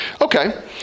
Okay